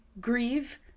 grieve